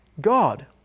God